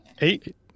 eight